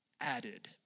added